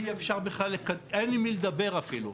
אי אפשר בכלל לקדם, אין עם מי לדבר אפילו.